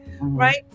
Right